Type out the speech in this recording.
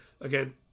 again